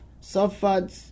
suffered